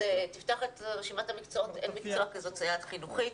תפתח את רשימת המקצועות אין מקצוע כזה סייעת חינוכית.